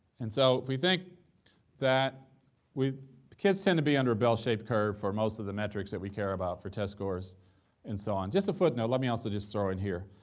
and so if we think that we kids tend to be under a bell-shaped curve for most of the metrics that we care about for test scores and so on just a footnote, let me also just throw in here.